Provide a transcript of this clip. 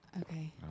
Okay